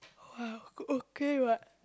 okay what